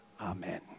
Amen